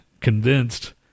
convinced